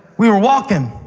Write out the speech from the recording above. we were walking,